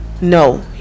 no